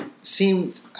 seemed